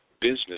business